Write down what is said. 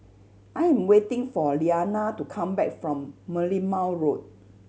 I am waiting for Lyana to come back from Merlimau Road